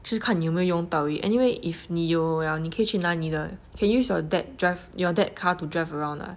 是看你有没有用到而已 anyway if 你有了你可以去拿你的 can use your dad drive your dad car to drive around ah